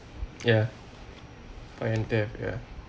ya fire and theft ya